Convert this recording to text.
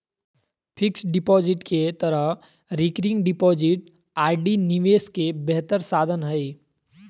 fixed deposit के तरह recurring deposit RD निवेश के बेहतर साधन हइ